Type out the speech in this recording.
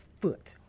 foot